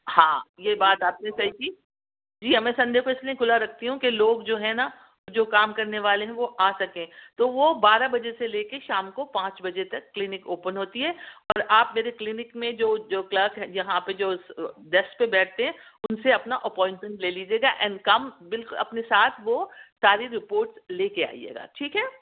ہاں یہ بات آپ نے صحیح کی جی میں سنڈے اس لئے کھلا رکھتی ہوں کہ لوگ جو ہے نا جو کام کرنے والے ہیں وہ آ سکیں تو وہ بارہ بجے سے لے کے شام کو پانچ بجے تک کلینک اوپن ہوتی ہے اور آپ میرے کلینک میں جو جو کلرک ہیں یہاں پہ جو ڈیسک پہ بیٹھتے ہیں ان سے اپنا اپوائنٹمینٹ لے لیجئے گا اینڈ کم بل اپنے ساتھ وہ ساری رپورٹس لے کے آئیے گا ٹھیک ہے